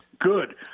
good